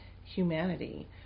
humanity